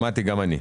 שמעתי גם אני.